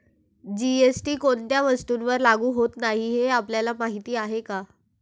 GST कोणत्या वस्तूंवर लागू होत नाही हे आपल्याला माहीत आहे का?